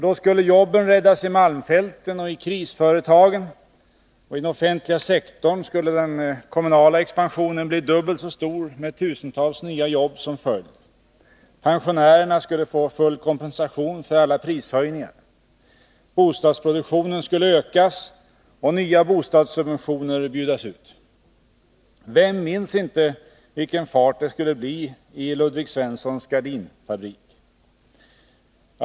Då skulle jobben räddas i malmfälten och i krisföretagen, och i den offentliga sektorn skulle den kommunala expansionen bli dubbelt så stor med tusentals nya jobb som följd. Pensionärerna skulle få full kompensation för alla prishöjningar. Bostadsproduktionen skulle ökas och nya bostadssubventioner bjudas ut. Vem minns inte vilken fart det skulle bli i Ludvig Svenssons gardinfabrik!